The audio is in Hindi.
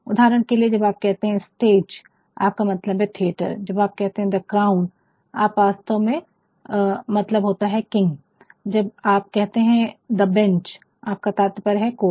उदाहरण के लिए जब आप कहते है स्टेज आपका मतलब है थिएटर जब आप कहते है द क्राउन आपका वास्तव में मतलब होता है किंग जब आप कहते है द बेंच आपका तात्पर्य है कोर्ट